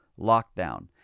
lockdown